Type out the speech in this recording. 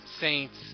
Saints